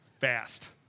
fast